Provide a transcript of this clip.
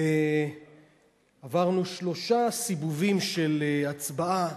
ועברנו שלושה סיבובים של הצבעה,